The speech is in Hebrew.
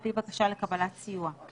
על פי בקשה לקבלת סיוע,